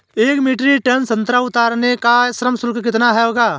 एक metric tonne संतरा उतारने का श्रम शुल्क कितना होगा?